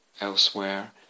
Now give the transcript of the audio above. Elsewhere